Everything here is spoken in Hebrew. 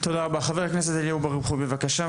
תודה רבה, חבר הכנסת אליהו ברוכי, בבקשה.